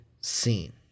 scene